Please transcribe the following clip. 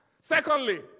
Secondly